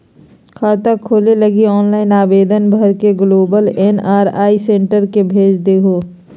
खाता खोले लगी ऑनलाइन आवेदन भर के ग्लोबल एन.आर.आई सेंटर के भेज देहो